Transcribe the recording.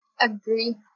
Agree